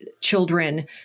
children